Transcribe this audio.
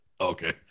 Okay